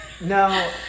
No